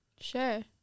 Sure